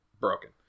broken